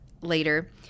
later